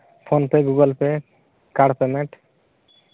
phone ᱯᱮ Google ᱯᱮ card payment